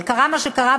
אבל קרה מה שקרה,